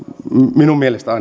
minun mielestäni